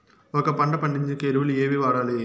ఒక పంట పండించేకి ఎరువులు ఏవి వాడాలి?